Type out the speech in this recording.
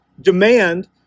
demand